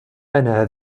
أنا